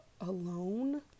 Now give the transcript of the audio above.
alone